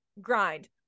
grind